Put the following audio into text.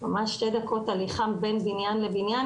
ממש שתי דקות הליכה בין בניין לבניין,